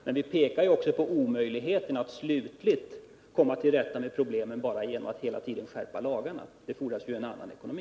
Men vi pekar också på omöjligheten i att slutgiltigt komma till rätta med problemen genom att hela tiden bara skärpa lagarna. Det fordras ju en annan ekonomi!